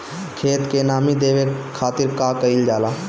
खेत के नामी देवे खातिर का कइल जाला?